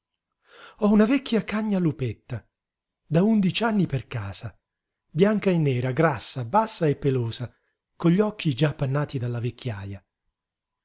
ho una vecchia cagna lupetta da undici anni per casa bianca e nera grassa bassa e pelosa con gli occhi già appannati dalla vecchiaja